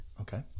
Okay